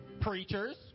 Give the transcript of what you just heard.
preachers